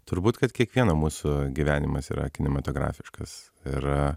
turbūt kad kiekvieno mūsų gyvenimas yra kinematografiškas ir